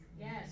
Yes